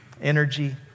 energy